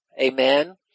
Amen